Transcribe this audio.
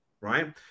right